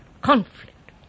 conflict